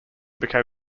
became